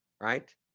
right